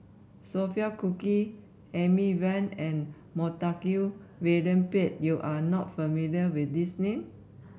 Sophia Cooke Amy Van and Montague William Pett you are not familiar with these name